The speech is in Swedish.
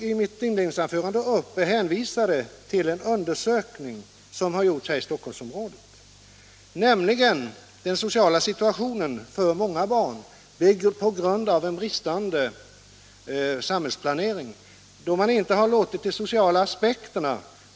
I mitt inledningsanförande hänvisade jag till en undersökning som gjorts här i Stockholmsområdet, nämligen en undersökning om den dåliga sociala situationen för många barn på grund av den bristande samhällsplaneringen där man inte tagit hänsyn till de sociala aspekterna.